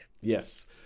Yes